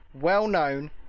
well-known